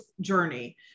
journey